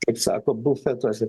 kaip sako bufetuose